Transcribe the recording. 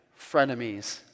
frenemies